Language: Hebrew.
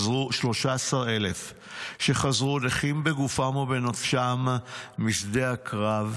13,000 חיילי צה"ל שחזרו נכים בגופם ובנפשם משדה הקרב,